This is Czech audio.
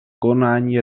konání